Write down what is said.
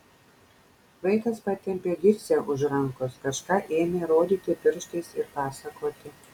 vaikas patempė dirsę už rankos kažką ėmė rodyti pirštais ir pasakoti